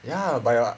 ya but your